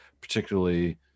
particularly